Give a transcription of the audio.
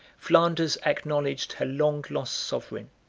flanders acknowledged her long-lost sovereign.